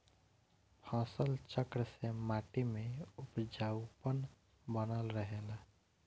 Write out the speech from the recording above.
फसल चक्र से माटी में उपजाऊपन बनल रहेला